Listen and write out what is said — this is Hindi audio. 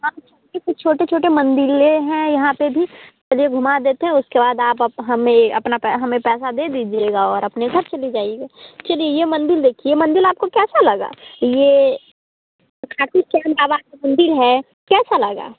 हाँ इतने छोटे छोटे मंदिले हैं यहाँ पर भी चलिए घूमा देते हैं उसके बाद आप हमें अपना हमें पैसा दे दीजिएगा और अपने घर चली जाइएगा चलिए ये मंदिर देखिए ये मंदिर आपको कैसा लगा ये खाटू श्याम बाबा का मंदिर है कैसा लगा